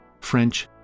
French